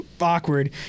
awkward